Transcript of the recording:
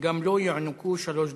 וגם לו יוענקו שלוש דקות.